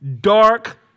dark